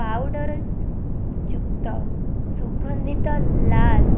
powder ଯୁକ୍ତ ସୁଗନ୍ଧିତ ଲାଲ